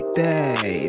day